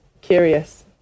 Curious